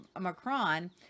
Macron